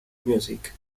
music